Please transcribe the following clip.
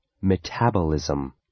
Metabolism